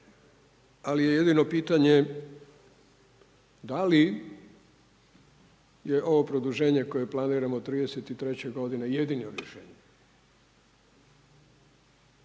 ali je jedino pitanje da li je ovo produženje koje planiramo 33. godine jedino rješenje?